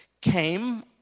came